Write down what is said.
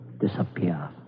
disappear